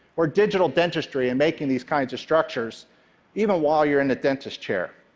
or digital dentistry, and making these kinds of structures even while you're in the dentist chair.